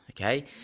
Okay